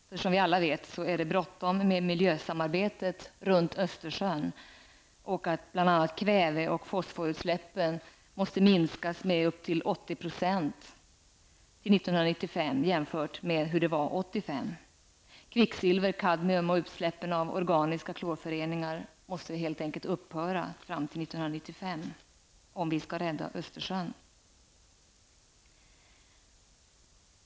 Som vi alla vet är det bråttom med miljösamarbetet runt Östersjön. Bl.a. måste kväve och fosforutsläppen minskas med upp till 80 % till 1995 i förhållande till läget 1985. Utsläppen av kvicksilver, kadmium och organiska klorföreningar måste helt enkelt upphöra fram till 1995, om vi skall kunna rädda Östersjön.